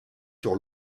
sur